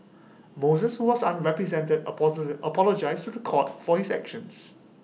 Moses who was unrepresented apologised to The Court for his actions